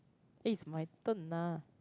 eh it's my turn ah